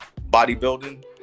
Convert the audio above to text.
bodybuilding